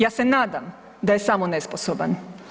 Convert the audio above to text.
Ja se nadam da je samo nesposoban.